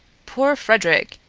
poor frederic!